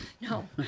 no